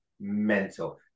mental